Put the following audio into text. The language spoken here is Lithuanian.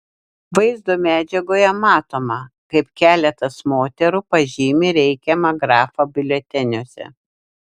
vaizdo medžiagoje matoma kaip keletas moterų pažymi reikiamą grafą biuleteniuose